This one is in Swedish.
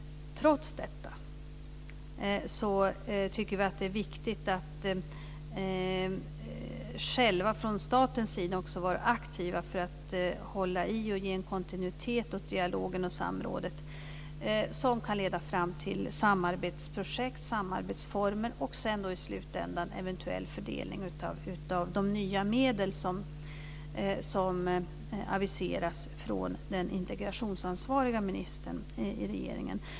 Trots detta tycker vi att det är viktigt att vi från statens sida också är aktiva för att hålla i och ge en kontinuitet åt dialogen och samrådet, som kan leda fram till samarbetsprojekt och samarbetsformer och i slutändan en eventuell fördelning av de nya medel som aviseras från den integrationsansvariga ministern i regeringen.